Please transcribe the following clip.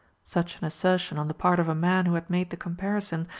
such an assertion on the part of a man who had made the comparison,